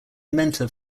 mentor